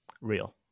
Real